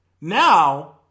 Now